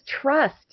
trust